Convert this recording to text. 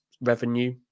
revenue